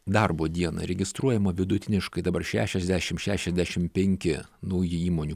darbo dieną registruojama vidutiniškai dabar šešiasdešim šešiasdešim penki nauji įmonių